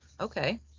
Okay